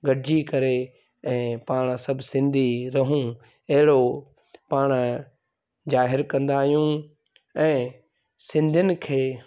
गॾिजी करे ऐं पाण सभु सिंधी रहूं अहिड़ो पाण ज़ाहिर कंदा आहियूं ऐं सिंधियुनि खे